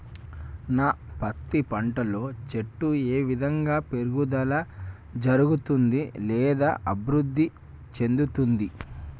నా పత్తి పంట లో చెట్టు ఏ విధంగా పెరుగుదల జరుగుతుంది లేదా అభివృద్ధి చెందుతుంది?